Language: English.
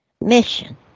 mission